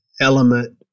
element